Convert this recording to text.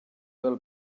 fel